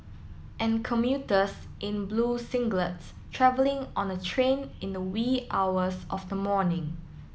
and commuters in blue singlets travelling on a train in the wee hours of the morning